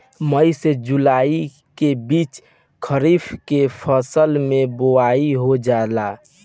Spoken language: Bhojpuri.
मई से जुलाई के बीच खरीफ के फसल के बोआई हो जाला